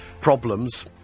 problems